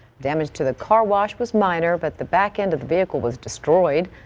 damage to the car wash was minor, but the back into the vehicle was destroyed.